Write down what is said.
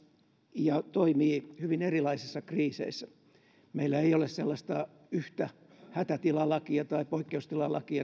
ja toimii hyvin erilaisissa kriiseissä meillä ei ole sellaista yhtä hätätilalakia tai poikkeustilalakia